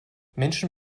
menschen